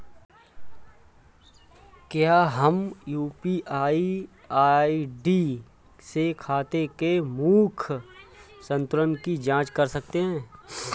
क्या हम UPI ID से खाते के मूख्य संतुलन की जाँच कर सकते हैं?